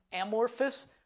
amorphous